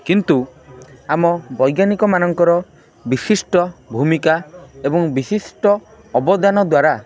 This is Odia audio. କିନ୍ତୁ ଆମ ବୈଜ୍ଞାନିକମାନଙ୍କର ବିଶିଷ୍ଟ ଭୂମିକା ଏବଂ ବିଶିଷ୍ଟ ଅବଦାନ ଦ୍ୱାରା